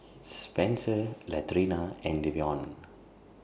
Spenser Latrina and Davion